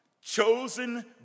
Chosen